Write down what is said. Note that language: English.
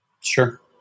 Sure